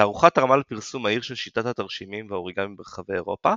התערוכה תרמה לפרסום מהיר של שיטת התרשימים והאוריגמי ברחבי אירופה,